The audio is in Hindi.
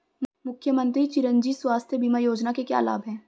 मुख्यमंत्री चिरंजी स्वास्थ्य बीमा योजना के क्या लाभ हैं?